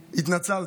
התנצלת,